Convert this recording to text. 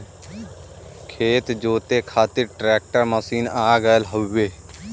खेत जोते खातिर ट्रैकर मशीन आ गयल हउवे